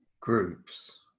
Groups